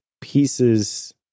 pieces